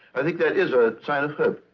i think that is a sign of hope.